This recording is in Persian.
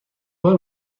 بار